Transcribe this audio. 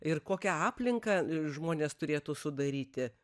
ir kokią aplinką žmonės turėtų sudaryti